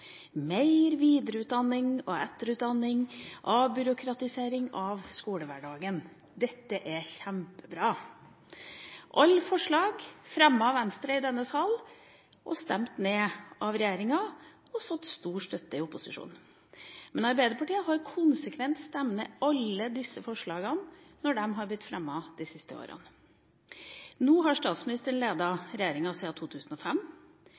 mer videreutdanning og etterutdanning – og på avbyråkratisering av skolehverdagen. Dette er kjempebra. Alt er forslag fremmet av Venstre i denne salen – stemt ned av regjeringspartiene og har fått stor støtte i opposisjonen. Arbeiderpartiet har konsekvent stemt ned alle disse forslagene når de har blitt fremmet de siste årene. Statsministeren har ledet regjeringa siden 2005.